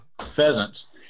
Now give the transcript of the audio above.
pheasants